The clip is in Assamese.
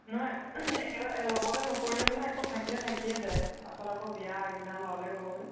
নহয় একেটা লগতে নকৰিলে মানে আকৌ থাকিলে থাকিয়ে যায় পাছত আকৌ বিয়া আগদিনা ল'ৰাললি হ'বগৈ